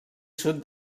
sud